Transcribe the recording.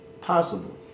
possible